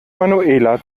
manuela